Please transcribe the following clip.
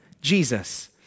Jesus